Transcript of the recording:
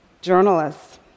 journalists